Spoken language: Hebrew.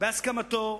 בהסכמתו,